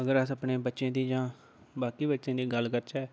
अगर अस अपनें बच्चें दी जां बाकी बच्चें दी गल्ल करचै